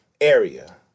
area